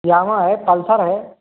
Yamaha है Pulsar है